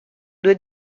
due